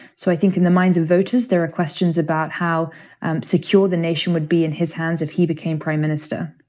so i think in the minds of voters, there are questions about how secure the nation would be in his hands if he became prime minister